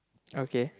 okay